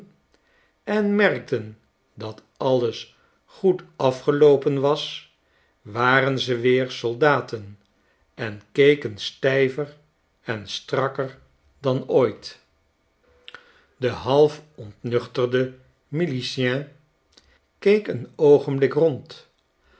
en merkten dat alles goed afgeloopen was waren ze weer soldaten en kekenstijver en strakker dan ooit de halfontnuchterde milicien keek een oogenblik rond